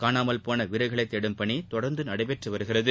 காணாமல் போன வீரர்களை தேடும் பணி தொடர்ந்து நடைபெற்று வருகிறது